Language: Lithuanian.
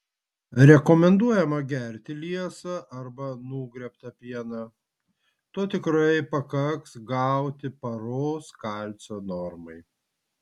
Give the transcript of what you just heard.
rekomenduojama gerti liesą arba nugriebtą pieną to tikrai pakaks gauti paros kalcio normai